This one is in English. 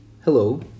Hello